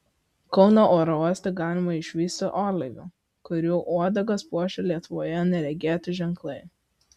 kauno oro uoste galima išvysti orlaivių kurių uodegas puošia lietuvoje neregėti ženklai